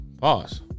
Pause